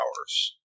hours